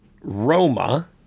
Roma